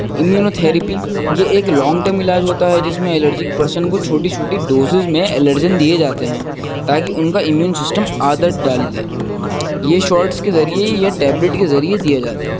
immunotherapy یہ ایک long term علاج ہوتا ہے جس میں الرجک پرسن کو چھوٹی چھوٹی ڈوزز میں الرجن دیے جاتے ہیں تاکہ ان کا امیون سسٹم عادت ڈال لے یہ شاٹس کے ذریعے یا ٹیبلیٹ کے ذریعے دیا جاتا ہے